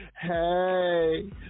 hey